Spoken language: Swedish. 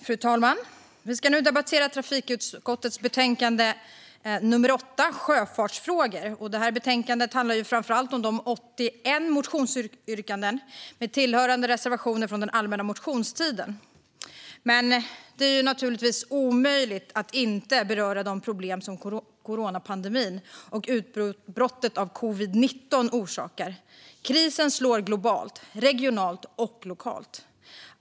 Fru talman! Vi ska nu debattera trafikutskottets betänkande TU8 Sjöfartsfrågor . Betänkandet handlar framför allt om 81 motionsyrkanden med tillhörande reservationer från den allmänna motionstiden, men det är naturligtvis omöjligt att inte beröra de problem som coronapandemin och utbrottet av covid-19 orsakar. Krisen slår globalt, regionalt och lokalt.